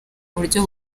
buryo